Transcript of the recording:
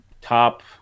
top